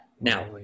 now